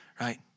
right